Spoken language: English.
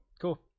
Cool